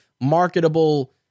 marketable